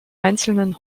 einzelnen